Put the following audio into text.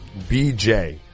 BJ